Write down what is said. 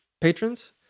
patrons